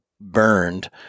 burned